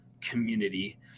community